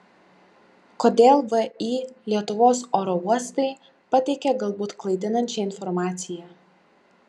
kodėl vį lietuvos oro uostai pateikė galbūt klaidinančią informaciją